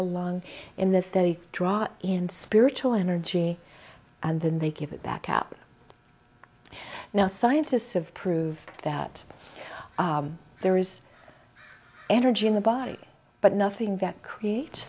along in that they drop in spiritual energy and then they give it back up now scientists have proved that there is energy in the body but nothing that create